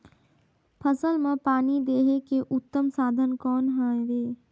फसल मां पानी देहे के उत्तम साधन कौन हवे?